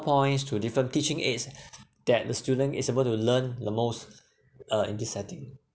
points to different teaching aids that the student is able to learn the most uh in this setting